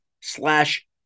slash